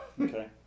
Okay